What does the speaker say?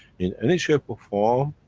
in any shape or form,